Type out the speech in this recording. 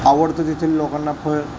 आवडतं तिथे लोकांना पण